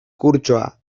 kurtsoa